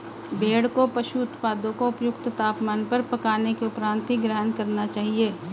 भेड़ को पशु उत्पादों को उपयुक्त तापमान पर पकाने के उपरांत ही ग्रहण करना चाहिए